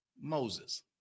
Moses